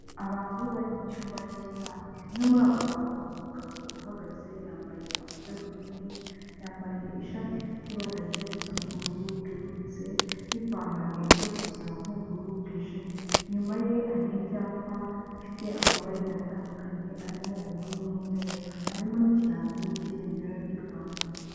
Abantu bari mu cyumba cy'inama, umwe muri abo bantu ni umugabo uhagaze yambaye amadarubindi, yambaye ishati ifite ibara rijya gusa nk'ubururu bwerurutse, n'ipantaro ijya gusa nk'ubururu bwijimye. Inyuma ye hari ibyapa bifite amabara agiye atandukanye, arimo ubururu n'umweru, harimo n'ikirango cy'ibendera ry'u Rwanda.